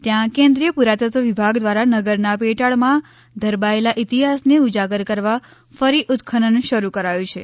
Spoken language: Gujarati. ત્યાં કેન્દ્રિય પુરાતત્વ વિભાગ દ્વારા નગરના પેટાળમાં ધરબાયેલા ઇતિહાસને ઉજાગર કરવા ફરી ઉત્અનન શરૂ કરાયું છે